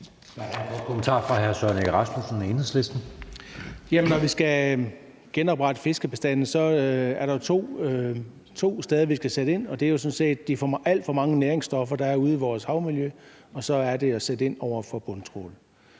Når vi skal genoprette fiskebestande, er der to steder, vi skal sætte ind, og det er jo over for de alt for mange næringsstoffer, der er ude i vores havmiljø, og så er det over for bundtrawl.